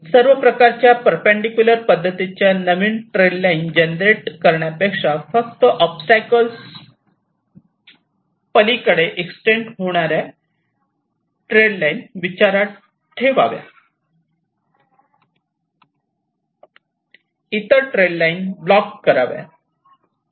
सर्वच प्रकारच्या परपेंडिकुलर पद्धतीच्या नवीन ट्रेल लाईन जनरेट करण्यापेक्षा फक्त ओबस्टॅकल्स पलीकडे एक्सटेंड होणाऱ्या ट्रेल लाईन विचारात ठेवाव्यात इतर ट्रेल लाईन ब्लॉक कराव्या